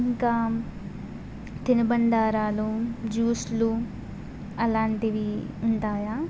ఇంకా తినుబండారాలు జ్యూస్లు అలాంటివి ఉంటాయా